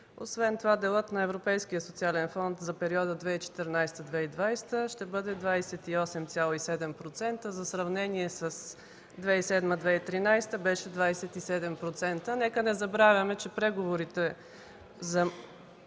Освен това делът на Европейския социален фонд за периода 2014-2020 г. ще бъде 28,7%. За сравнение с 2007-2013 г. – беше 27%. Нека не забравяме, че преговорите